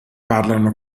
parlano